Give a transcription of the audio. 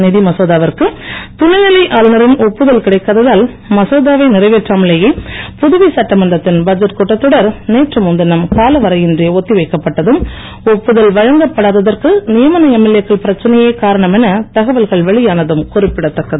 நிதி மசோதாவிற்கு துணைநிலை ஆளுநரின் ஒப்புதல் கிடைக்காததால் மசோதாவை நிறைவேற்றாமலேயே புதுவை சட்டமன்றத்தின் பட்ஜெட் கூட்டத்தொடர் நேற்று முன்தினம் காலவரையின்றி ஒத்திவைக்கப்பட்டதும் ஒப்புதல் வழங்கப்படாததற்கு நியமன எம்எல்ஏ க்கள் பிரச்சனையே காரணம் என தகவல்கள் வெளியானதும் குறிப்பிடத்தக்கது